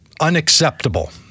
unacceptable